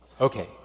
Okay